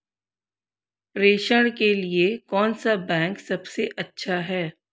प्रेषण के लिए कौन सा बैंक सबसे अच्छा है?